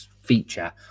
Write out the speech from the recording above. feature